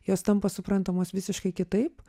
jos tampa suprantamos visiškai kitaip